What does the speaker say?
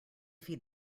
feed